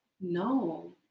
No